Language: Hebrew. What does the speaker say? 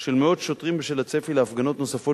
של מאות שוטרים בשל הצפי להפגנות נוספות